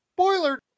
Spoiler